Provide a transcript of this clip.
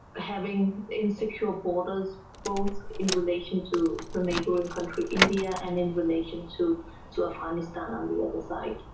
having insecure borders both in relation to the neighbouring country india and in relation to to afghanistan on the other side.